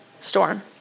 storm